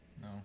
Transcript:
No